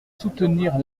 soutenir